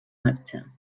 marxa